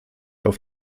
auf